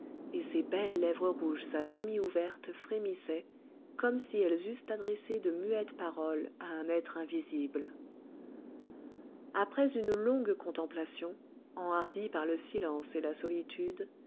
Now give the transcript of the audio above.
et ses belles lèvres rouges à demi ouvertes frémissaient comme si elles eussent adressé de muettes paroles à un être invisible après une longue contemplation enhardie par le silence et la solitude